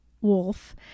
wolf